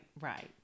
right